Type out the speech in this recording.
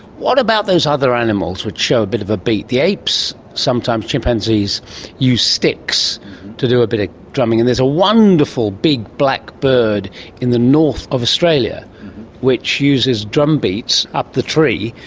what about those other animals which show bit of a beat? the apes, sometimes chimpanzees use sticks to do a bit of drumming, and there's a wonderful big black bird in the north of australia which uses drum beats up the tree,